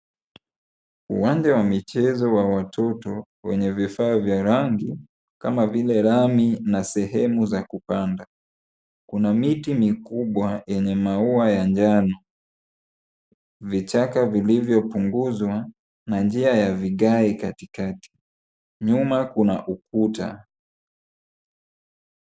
Uwanja wa michezo wa watoto wenye vifaa vya rangi kama vile rami na sehemu za kupanda, kuna miti mikubwa yenye maua ya njano, vichaka vilivyopunguzwa na njia ya vigae katikati, nyuma kuna ukuta.